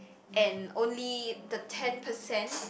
and only the ten percent